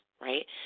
right